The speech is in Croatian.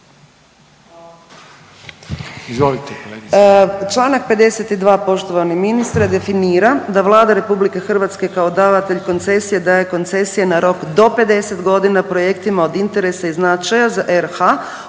člankom 52. koji definira da Vlada Republike Hrvatske kao davatelj koncesije daje koncesije na rok do 50 godina projektima od interesa i značaja za